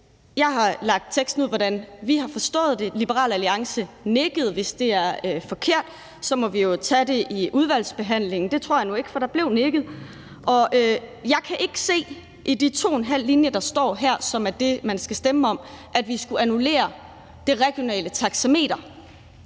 jeg har udlagt teksten, i forhold til hvordan vi har forstået det, og Liberal Alliance nikkede til det. Hvis det er forkert, må vi jo tage det i udvalgsbehandlingen. Det tror jeg nu ikke, for der blev nikket. Og jeg kan ikke se i de 2½ linje, der står her, og som er det, man skal stemme om, at vi skulle annullere det regionale taxameter.